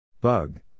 Bug